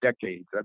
decades